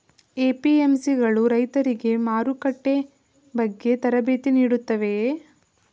APMC ಗಳು ರೈತರಿಗೆ ಮಾರುಕಟ್ಟೆ ಬಗ್ಗೆ ತರಬೇತಿ ನೀಡುತ್ತವೆಯೇ?